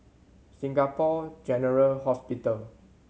Singapore General Hospital